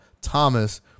Thomas